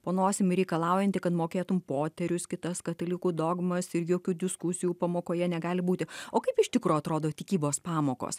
po nosim ir reikalaujanti kad mokėtum poterius kitas katalikų dogmas ir jokių diskusijų pamokoje negali būti o kaip iš tikro atrodo tikybos pamokos